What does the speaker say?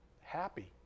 happy